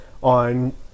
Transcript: on